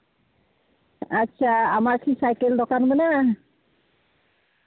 ᱟᱪᱪᱷᱟ ᱟᱢᱟᱜ ᱠᱤ ᱥᱟᱭᱠᱮᱞ ᱫᱚᱠᱟᱱ ᱢᱮᱱᱟᱜᱼᱟ